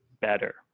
better